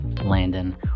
Landon